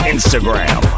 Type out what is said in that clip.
Instagram